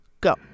go